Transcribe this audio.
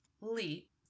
leap